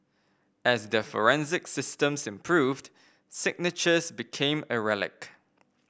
as their forensic systems improved signatures became a relic